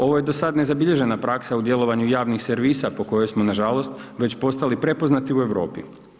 Ovo je do sad nezabilježena praksa u djelovanju javnih servisa, po kojoj smo nažalost već postali prepoznati u Europi.